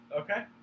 Okay